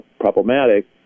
problematic